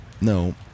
No